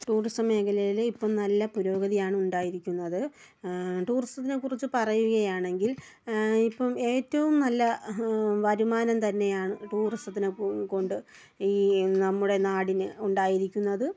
tourism മേഖലയിൽ ഇപ്പം നല്ല പുരോഗതിയാണ് ഉണ്ടായിരിക്കുന്നത് ടൂറിസത്തിനെക്കുറിച്ച് പറയുകയാണെങ്കിൽ ഇപ്പം ഏറ്റവും നല്ല വരുമാനം തന്നെയാണ് ടൂറിസത്തിനെകൊണ്ട് ഈ നമ്മുടെ നാടിന് ഉണ്ടായിരിക്കുന്നത്